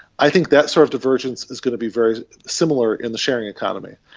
i think that sort of divergence is going to be very similar in the sharing economy.